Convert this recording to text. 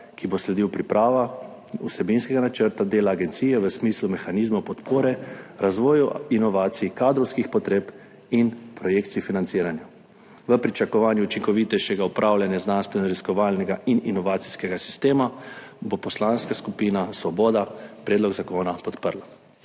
ki bo sledil, priprava vsebinskega načrta dela agencije v smislu mehanizma podpore razvoja inovacij, kadrovskih potreb in projekcij financiranja. V pričakovanju učinkovitejšega upravljanja znanstvenoraziskovalnega in inovacijskega sistema bo Poslanska skupina Svoboda predlog zakona podprla.